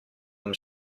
them